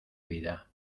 vida